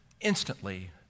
instantly